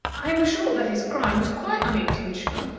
i am assured that his crime was quite unintentional.